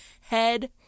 head